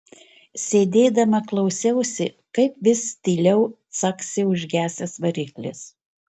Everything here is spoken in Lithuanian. sėdėdama klausiausi kaip vis tyliau caksi užgesęs variklis